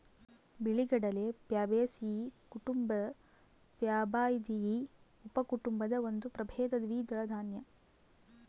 ಬಿಳಿಗಡಲೆ ಪ್ಯಾಬೇಸಿಯೀ ಕುಟುಂಬ ಪ್ಯಾಬಾಯ್ದಿಯಿ ಉಪಕುಟುಂಬದ ಒಂದು ಪ್ರಭೇದ ದ್ವಿದಳ ದಾನ್ಯ